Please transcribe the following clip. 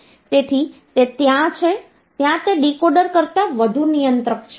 તેથી તે ત્યાં છે ત્યાં તે ડીકોડર કરતાં વધુ નિયંત્રક છે